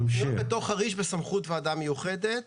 תכניות בתוך חריש בסמכות ועדה מיוחדת,